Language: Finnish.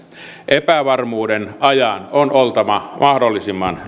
epävarmuuden ajan on oltava mahdollisimman